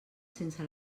sense